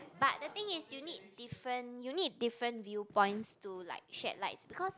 but the thing is you need different you need different viewpoints to like shed lights because